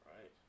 Right